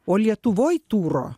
o lietuvoj turo